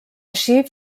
així